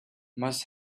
must